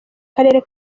karere